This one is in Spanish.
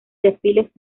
desfiles